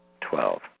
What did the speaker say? Twelve